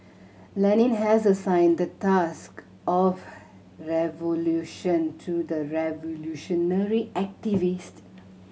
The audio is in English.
Lenin has assigned the task of revolution to the revolutionary activist